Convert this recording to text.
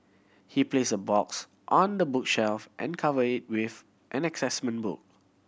he placed the box on the bookshelf and covered it with an assessment book